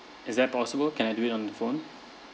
is that possible can I do it on the phone